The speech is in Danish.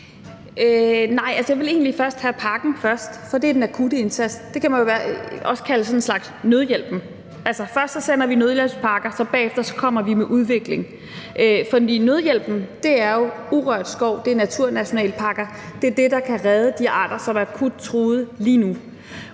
Nej, altså, jeg ville egentlig have pakken først, for det er den akutte indsats – det kan man vel også kalde sådan en slags nødhjælp. Altså, først sender vi nødhjælpspakker, og bagefter kommer vi med udvikling. For nødhjælpen er jo urørt skov og naturnationalparker, det er det, der kan redde de arter, som er akut truet, lige nu,